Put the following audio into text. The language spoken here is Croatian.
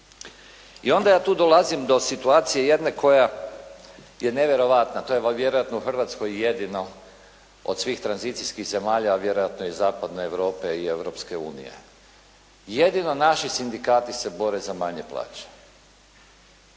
I onda ja tu dolazim do situacije jedne koja je nevjerojatna a to je vjerojatno u Hrvatskoj jedino od svih tranzicijskih zemalja a vjerojatno i zapadne Europe i Europske unije. Jedino naši sindikati se bore za manje plaće.